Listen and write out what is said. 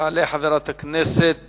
תעלה חברת הכנסת